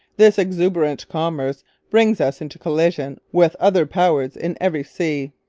this exuberant commerce brings us into collision with other powers in every sea.